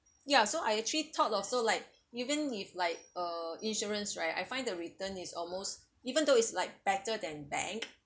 ya so I actually thought also so like even if like uh insurance right I find the return is almost even though it's like better than bank